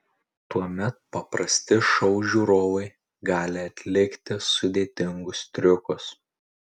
tuomet paprasti šou žiūrovai gali atlikti sudėtingus triukus